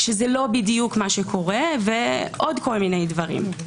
שזה לא בדיוק מה שקורה ועוד כל מיני דברים.